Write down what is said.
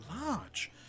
large